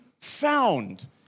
found